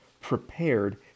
prepared